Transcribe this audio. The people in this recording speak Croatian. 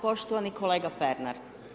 Poštovani kolega Pernar.